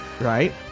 right